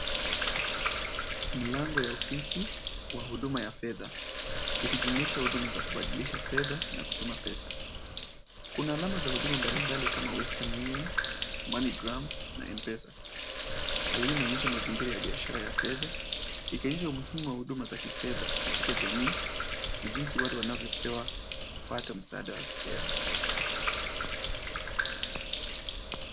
Mlango ya ofisi wa huduma ya fedha, ikijumuisha huduma za kubadilisha fedha na kutuma pesa. Kuna namna za huduma mbalimbali kama Western Union, Moneygram na Mpesa. Hali huu inaonyesha mazingira ya biashara za fedha, ikionyesha umuhimu wa huduma za fedha katika jamii na jinsi watu wanavyopata msaada wake wa fedha.